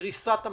קריסת המדינות.